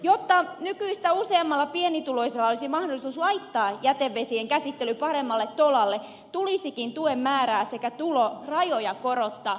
jotta nykyistä useammalla pienituloisella olisi mahdollisuus laittaa jätevesien käsittely paremmalle tolalle tulisikin tuen määrää sekä tulorajoja korottaa